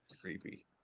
creepy